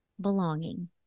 Belonging